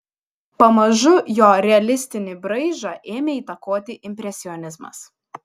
pamažu jo realistinį braižą ėmė įtakoti impresionizmas